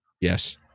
Yes